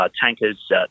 tankers